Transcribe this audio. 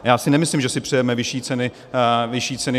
Já si nemyslím, že si přejeme vyšší ceny v ČR.